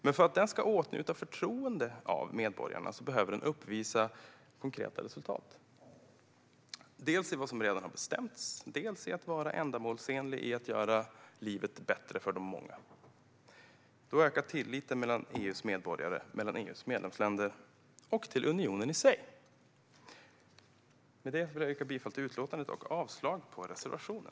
Men för att den ska åtnjuta förtroende av medborgarna behöver den uppvisa konkreta resultat, dels i fråga om vad som redan har bestämts, dels i fråga om att vara ändamålsenlig när det gäller att göra livet bättre för de många. Då ökar tilliten mellan EU:s medborgare, mellan EU:s medlemsländer och till unionen i sig. Jag vill yrka bifall till förslaget i utlåtandet och avslag på reservationen.